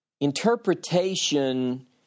Interpretation